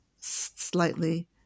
slightly